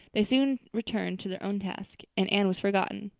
they soon returned to their own tasks and anne was forgotten.